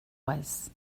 was